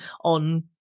on